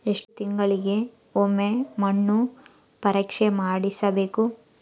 ಎಷ್ಟು ತಿಂಗಳಿಗೆ ಒಮ್ಮೆ ಮಣ್ಣು ಪರೇಕ್ಷೆ ಮಾಡಿಸಬೇಕು?